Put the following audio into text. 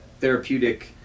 therapeutic